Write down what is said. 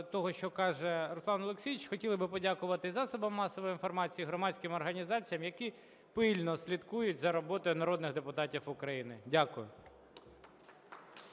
Дякую.